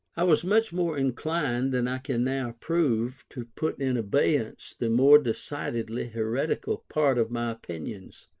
i was much more inclined, than i can now approve, to put in abeyance the more decidedly heretical part of my opinions,